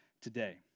today